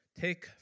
take